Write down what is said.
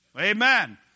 Amen